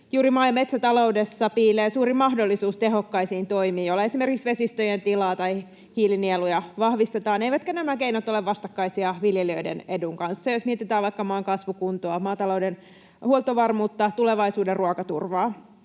maa‑ ja metsätaloudessa piilee suuri mahdollisuus tehokkaisiin toimiin, joilla esimerkiksi vesistöjen tilaa tai hiilinieluja vahvistetaan, eivätkä nämä keinot ole vastakkaisia viljelijöiden edun kanssa, jos mietitään vaikka maan kasvukuntoa, maatalouden huoltovarmuutta, tulevaisuuden ruokaturvaa.